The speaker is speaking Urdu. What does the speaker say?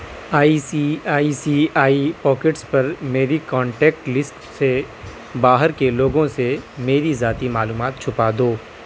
I C I C I pockets پر میری کانٹیکٹ لسٹ سے باہر کے لوگوں سے میری ذاتی معلومات چھپا دو